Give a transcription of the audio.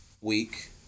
week